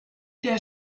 der